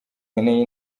nkeneye